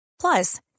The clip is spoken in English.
Plus